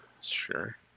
Sure